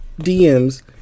DMs